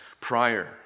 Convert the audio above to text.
prior